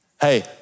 Hey